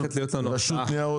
את רשות ניירות ערך,